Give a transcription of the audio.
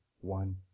one